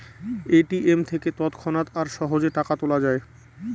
ATM থেকে তৎক্ষণাৎ আর সহজে টাকা তোলা যায়